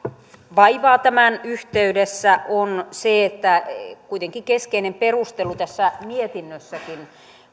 vaivaa tämän yhteydessä on se että kuitenkin keskeinen perustelu tässä mietinnössäkin